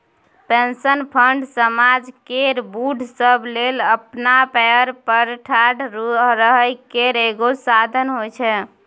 pension fund समाज केर बूढ़ सब लेल अपना पएर पर ठाढ़ रहइ केर एगो साधन होइ छै